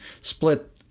Split